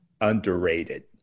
underrated